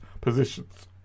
positions